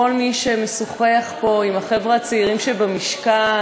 כל מי שמשוחח פה עם החבר'ה הצעירים שבמשכן,